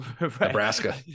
Nebraska